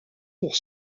pour